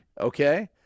Okay